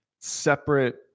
separate